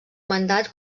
mandat